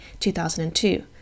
2002